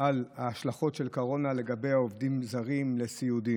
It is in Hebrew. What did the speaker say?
על השלכות הקורונה לגבי עובדי הסיעוד הזרים,